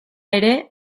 ere